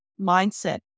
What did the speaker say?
mindset